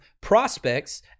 prospects